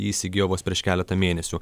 įsigijo vos prieš keletą mėnesių